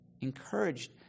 Encouraged